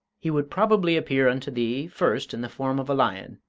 he would probably appear unto thee first in the form of a lion,